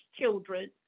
children